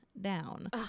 down